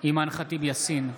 אימאן ח'טיב יאסין,